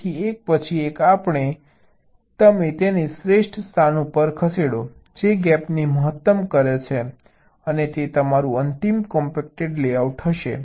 તેથી એક પછી એક આપણે તમે તેને શ્રેષ્ઠ સ્થાન ઉપર ખસેડો જે ગેપને મહત્તમ કરે અને તે તમારું અંતિમ કોમ્પેક્ટેડ લેઆઉટ હશે